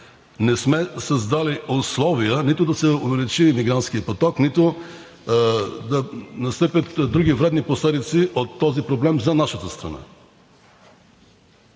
не сме създали условия нито да се увеличи мигрантският поток, нито да настъпят други вредни последици от този проблем за нашата страна.